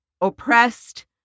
oppressed